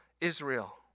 Israel